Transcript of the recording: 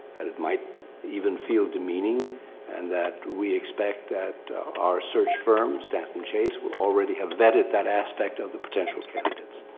and it might even feel demeaning and that we expect that our search firm, staff and chase will already have vetted that aspect of the potential candidates.